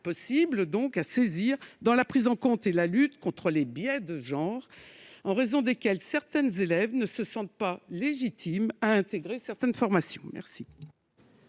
devraient se saisir afin de prendre en compte et de lutter contre les biais de genre, en raison desquels certaines élèves ne se sentent pas légitimes à intégrer certaines formations. La